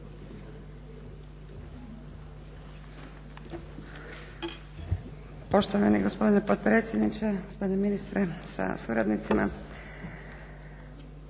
Poštovani gospodine potpredsjedniče, gospodine ministre sa suradnicima.